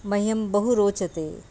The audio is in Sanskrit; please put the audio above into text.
मह्यं बहु रोचते